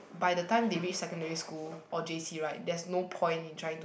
by the time they reach secondary school or J_C right there's no point in trying to